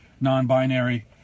non-binary